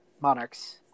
monarchs